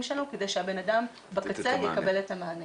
שלנו כדי שהבן אדם בקצה יקבל את המענה.